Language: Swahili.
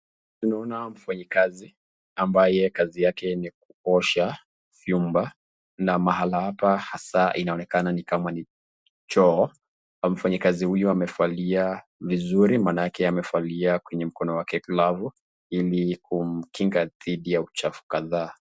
Naona mfanyikazi ambaye kazi yake ni kuosha vyumba na mahala hapa hasaa inaonekana ni kama ni choo. Mfanyakazi huyu amevalia vizuri manake amevalia kwenye mkono wake glavu ili kumkinga dhidi ya uchafu kadhaa.